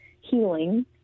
healing